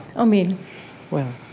omid well,